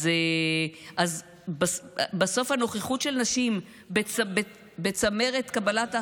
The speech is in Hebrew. אז בסוף הנוכחות של נשים בצמרת קבלת ההחלטות,